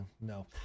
no